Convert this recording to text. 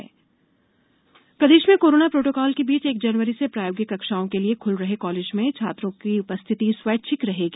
college निर्देश प्रदेश में कोरोना प्रोटोकाल के बीच एक जनवरी से प्रायोगिक कक्षाओं के लिए खुल रहे कॉलेजों में छात्रों की उपस्थिति स्वैच्छिक रहेगी